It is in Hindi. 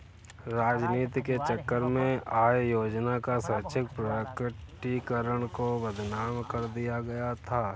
राजनीति के चक्कर में आय योजना का स्वैच्छिक प्रकटीकरण को बदनाम कर दिया गया था